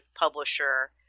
publisher